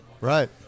right